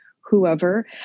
whoever